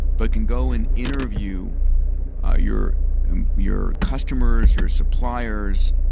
but can go and interview ah your your customers, your suppliers,